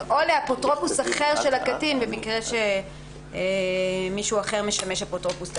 או לאפוטרופוס אחר של הקטין במקרה שמישהו אחר משמש אפוטרופוס לקטין.